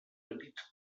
petits